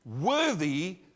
worthy